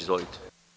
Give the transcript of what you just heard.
Izvolite.